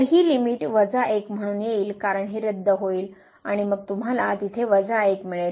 तर ही लिमिट 1 म्हणून येईल कारण ही रद्द होईल आणि मग तुम्हाला तेथे 1 मिळेल